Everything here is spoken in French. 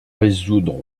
résoudre